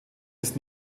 ist